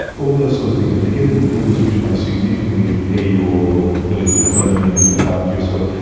all those sort of things, and to get an illness which may significantly impair your ability to earn and look after yourself,